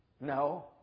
No